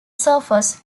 surface